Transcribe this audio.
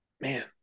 Man